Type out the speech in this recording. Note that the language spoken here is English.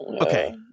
Okay